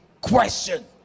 question